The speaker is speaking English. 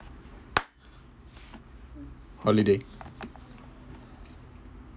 holiday